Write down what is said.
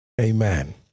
Amen